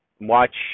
watch